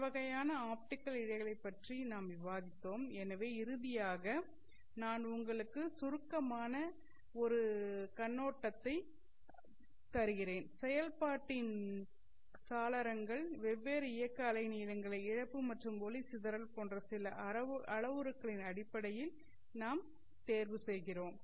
பல வகையான இழைகளை பற்றி நாம்விவாதித்தோம் எனவே இறுதியாக நான் உங்களுக்கு ஒரு சுருக்கமான கண்ணோட்டத்தையும் தருகிறேன் செயல்பாட்டின் சாளரங்கள் வெவ்வேறு இயக்க அலை நீளங்களை இழப்பு மற்றும் ஒளி சிதறல் போன்ற சில அளவுருக்களின் அடிப்படையில் நாம் தேர்வு செய்கிறோம்